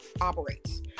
operates